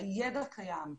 הידע קיים,